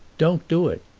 don't do it.